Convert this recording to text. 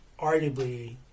arguably